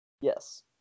yes